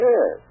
Yes